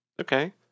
Okay